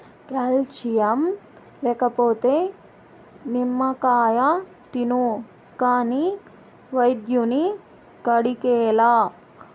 calcium లేకపోతే నిమ్మకాయ తిను కాని వైద్యుని కాడికేలా